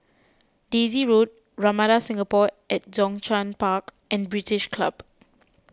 Daisy Road Ramada Singapore at Zhongshan Park and British Club